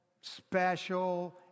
special